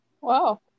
Wow